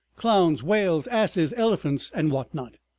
clowns, whales, asses, elephants, and what not,